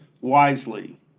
wisely